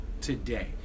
today